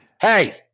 Hey